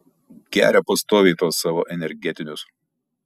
geria pastoviai tuos savo energetinius